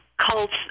cults